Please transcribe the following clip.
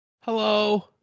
Hello